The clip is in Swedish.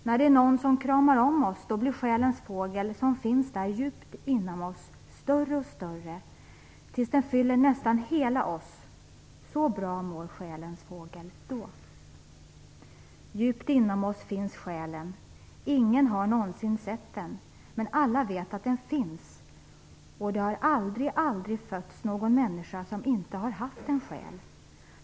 När det är någon som kramar om oss då blir Själens Fågel som finns där djupt inom oss större och större, tills den fyller nästan hela oss. Så bra mår Själens Fågel då. Djupt inom oss finns själen. Ingen har någonsin sett den. Men alla vet att den finns. Och det har aldrig, aldrig fötts någon människa som inte haft en själ.